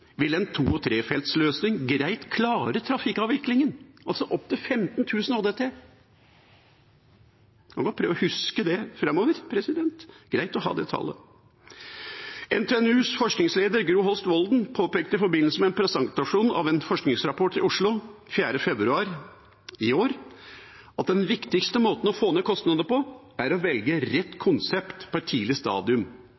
vil en to- og trefeltsløsning greit klare trafikkavviklingen, altså opp til 15 000 ÅDT. En kan godt prøve å huske det framover, det er greit å ha det tallet. NTNUs forskningsleder Gro Holst Volden påpekte i forbindelse med en presentasjon av en forskningsrapport i Oslo 4. februar i år at den viktigste måten å få ned kostnader på, er å velge rett